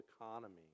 economy